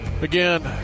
Again